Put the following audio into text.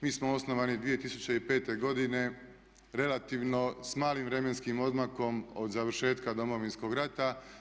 Mi smo osnovani 2005.godine relativno s malim vremenskim odmakom od završetka Domovinskog rata.